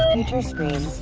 future screens